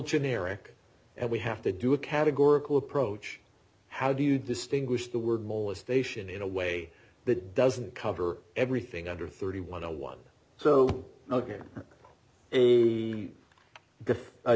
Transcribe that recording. generic and we have to do a categorical approach how do you distinguish the word molestation in a way that doesn't cover everything under thirty one dollars a one so ok a